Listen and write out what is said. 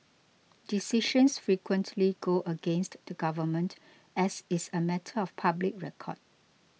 decisions frequently go against the government as is a matter of public record